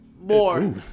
more